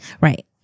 Right